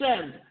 send